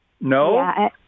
No